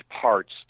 parts